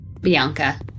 Bianca